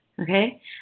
Okay